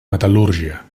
metal·lúrgia